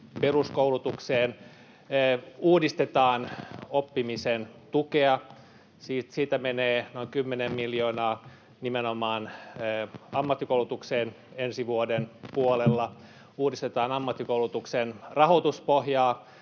peruskoulutukseen. Uudistetaan oppimisen tukea — siitä menee noin 10 miljoonaa nimenomaan ammattikoulutukseen ensi vuoden puolella. Uudistetaan ammattikoulutuksen rahoituspohjaa,